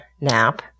nap